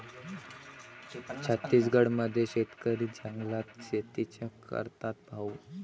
छत्तीसगड मध्ये शेतकरी जंगलात शेतीच करतात भाऊ